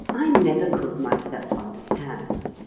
i never could myself understand.